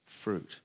fruit